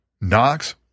Knox